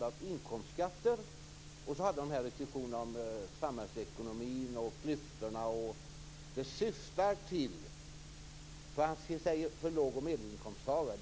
av inkomstskatter. Därefter blir det en diskussion om samhällsekonomin och om klyftorna mellan låg och medelinkomsttagare.